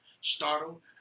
startled